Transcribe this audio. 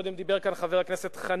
קודם דיבר כאן חבר הכנסת חנין,